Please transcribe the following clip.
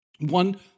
One